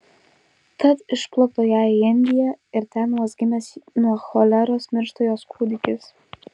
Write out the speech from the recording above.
tad išplukdo ją į indiją ir ten vos gimęs nuo choleros miršta jos kūdikis